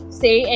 say